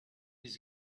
his